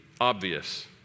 obvious